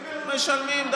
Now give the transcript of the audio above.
הם משלמים.